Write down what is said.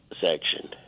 section